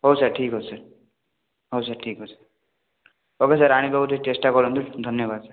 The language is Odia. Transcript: ହଉ ସାର୍ ଠିକ୍ ଅଛି ସାର୍ ହଉ ସାର୍ ଠିକ୍ ଅଛି ରଖୁଛି ସାର୍ ଆଣି ଦେବାକୁ ଟିକେ ଚେଷ୍ଟା କରନ୍ତୁ ଧନ୍ୟବାଦ ସାର୍